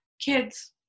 kids